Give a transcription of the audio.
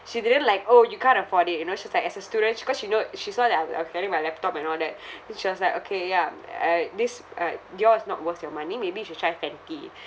she didn't like orh you can't afford it you know she's like as a student she cause she know she saw that I was I was carrying my laptop and all that then she was like okay ya mm uh this uh Dior is not worth your money maybe you should try Fenty